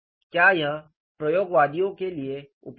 क्या यह प्रयोगवादियों के लिए उपयोगी है